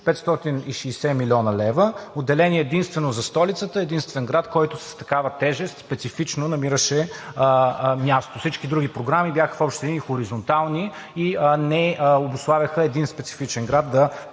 560 млн. лв., отделени единствено за Столицата – единствен град, който с такава тежест специфично намираше място. Всички други програми бяха в общи линии хоризонтални и не обуславяха един специфичен град да